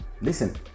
Listen